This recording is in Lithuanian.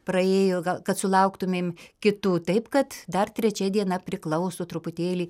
praėjo ga kad sulauktumėm kitų taip kad dar trečia diena priklauso truputėlį